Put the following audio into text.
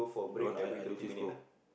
the one I Edusave score